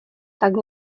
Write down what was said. tak